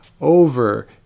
over